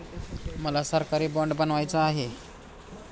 मला सरकारी बाँड बनवायचा आहे